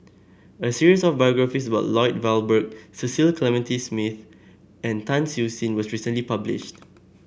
a series of biographies about Lloyd Valberg Cecil Clementi Smith and Tan Siew Sin was recently published